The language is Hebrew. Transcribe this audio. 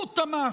הוא תמך.